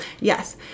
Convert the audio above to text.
Yes